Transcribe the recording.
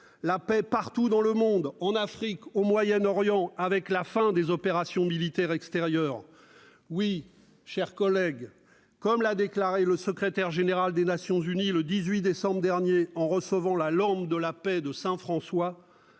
La paix partout dans le monde, en Afrique, au Moyen-Orient, avec la fin des opérations militaires extérieures. Oui, mes chers collègues, comme l'a déclaré le secrétaire général des Nations unies, le 18 décembre dernier, en recevant la Lampe de la paix de saint François